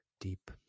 deep